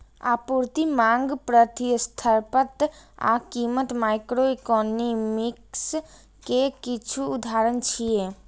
आपूर्ति, मांग, प्रतिस्पर्धा आ कीमत माइक्रोइकोनोमिक्स के किछु उदाहरण छियै